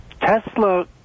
Tesla